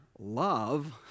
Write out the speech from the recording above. love